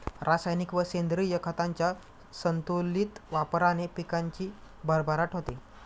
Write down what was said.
रासायनिक व सेंद्रिय खतांच्या संतुलित वापराने पिकाची भरभराट होते